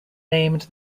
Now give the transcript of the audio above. named